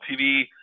tv